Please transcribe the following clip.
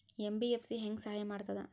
MBFC ಹೆಂಗ್ ಸಹಾಯ ಮಾಡ್ತದ?